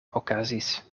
okazis